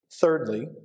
Thirdly